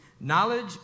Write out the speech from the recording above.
Knowledge